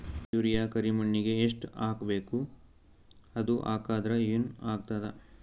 Urea ಕರಿಮಣ್ಣಿಗೆ ಎಷ್ಟ್ ಹಾಕ್ಬೇಕ್, ಅದು ಹಾಕದ್ರ ಏನ್ ಆಗ್ತಾದ?